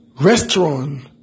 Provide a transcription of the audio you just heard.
restaurant